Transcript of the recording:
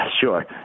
sure